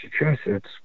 Massachusetts